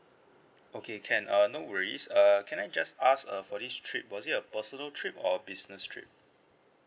okay can uh no worries err can I just ask uh for this trip was it a personal trip or business trip